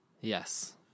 yes